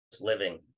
living